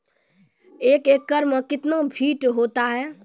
एक एकड मे कितना फीट होता हैं?